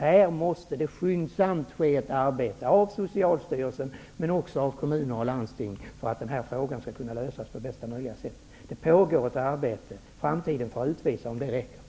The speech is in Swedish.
Här måste det skyndsamt göras något av Socialstyrelsen men också av kommuner och landsting för att frågan skall kunna lösas på bästa möjliga sätt. Det pågår ett arbete. Framtiden får utvisa om det räcker.